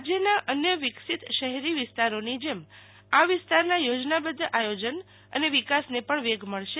રાજ્યના અન્ય વિકસિત શહેરી વિસ્તારોની જેમ આ વિસ્તારના યોજનાબદ્વ આયોજન અને વિકાસને પણ વેગ મળશે